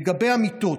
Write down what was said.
לגבי המיטות: